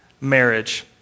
marriage